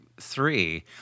three